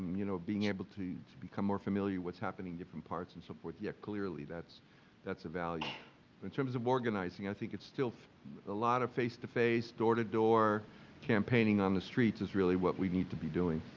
you know, being able to to become more familiar what's happening different parts and so forth, yeah, clearly that's that's a value. but in terms of organizing i think it's still a lot of face to face, door-to-door campaigning on the streets is really what we need to be doing.